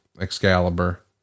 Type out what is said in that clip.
Excalibur